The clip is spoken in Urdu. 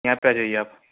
یہاں پہ آجائیے آپ